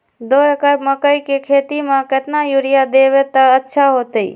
दो एकड़ मकई के खेती म केतना यूरिया देब त अच्छा होतई?